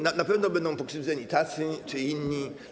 Na pewno będą pokrzywdzeni tacy czy inni.